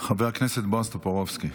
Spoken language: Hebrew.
חבר הכנסת בועז טופורובסקי.